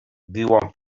viuen